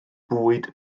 bwyd